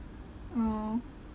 oh